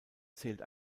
zählt